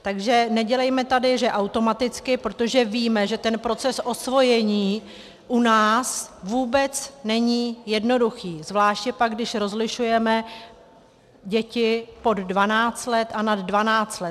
Takže nedělejme tady, že automaticky, protože víme, že proces osvojení u nás vůbec není jednoduchý, zvláště pak když rozlišujeme děti pod 12 let a nad 12 let.